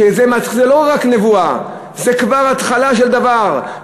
שזאת לא רק נבואה, זה כבר התחלה של דבר.